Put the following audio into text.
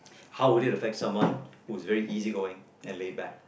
how would it affect someone who is very easy going and laid back